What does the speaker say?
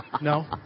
No